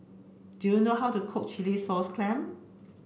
do you know how to cook Chilli sauce clam